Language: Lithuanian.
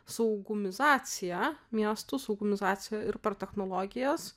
saugumizacija miestų saugumizacija ir per technologijas